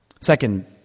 Second